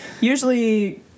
Usually